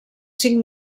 cinc